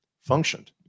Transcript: functioned